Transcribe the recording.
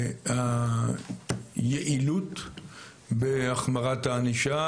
היעילות בהחמרת הענישה,